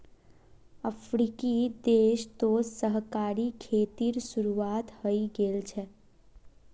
अफ्रीकी देश तो सहकारी खेतीर शुरुआत हइ गेल छ